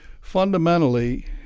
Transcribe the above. Fundamentally